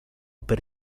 per